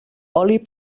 oli